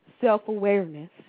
self-awareness